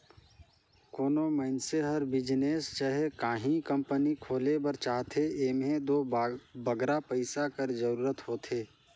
कोनो मइनसे हर बिजनेस चहे काहीं कंपनी खोले बर चाहथे एम्हें दो बगरा पइसा कर जरूरत होथे